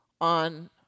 on